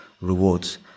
rewards